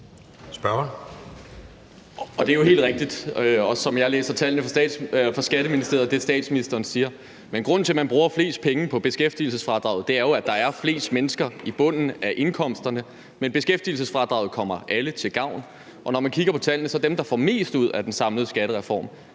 Det er jo helt rigtigt, hvad statsministeren siger, også som jeg læser tallene fra Skatteministeriet. Men grunden til, at man bruger flest penge på beskæftigelsesfradraget, er jo, at der er flest mennesker i bunden af indkomsterne. Men beskæftigelsesfradraget kommer alle til gavn, og når man kigger på tallene, er dem, der får mest ud af den samlede skattereform,